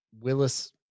Willis